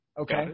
Okay